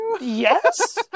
Yes